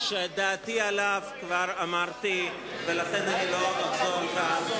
שאת דעתי עליו כבר אמרתי בדברי ולא אחזור עליהם.